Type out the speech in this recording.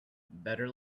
better